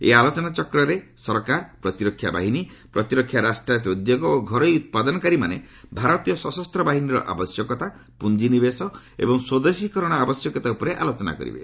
ଏହି ଆଲୋଚନାଚକ୍ରରେ ସରକାର ପ୍ରତିରକ୍ଷା ବାହିନୀ ପ୍ରତିରକ୍ଷା ରାଷ୍ଟ୍ରାୟତ ଉଦ୍ୟୋଗ ଓ ଘରୋଇ ଉତ୍ପାଦନକାରୀମାନେ ଭାରତୀୟ ସଶସ୍ତ୍ରବାହିନୀର ଆବଶ୍ୟକତା ପୁଞ୍ଜି ନିବେଶ ଏବଂ ସ୍ୱଦେଶୀକରଣ ଆବଶ୍ୟକତା ଉପରେ ଆଲୋଚନା କରିବେ